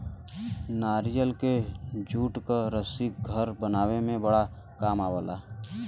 नारियल के जूट क रस्सी घर बनावे में बड़ा काम आवला